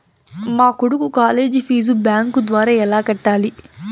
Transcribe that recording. మా కొడుకు college fees bank ద్వారా ఎలా కట్టాలి?